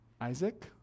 Isaac